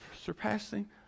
surpassing